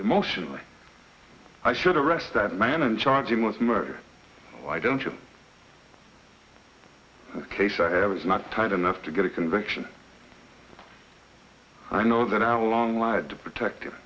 emotionally i should arrest that man and charge him with murder why don't you case i have is not tight enough to get a conviction i know that now long lied to protect